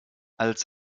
als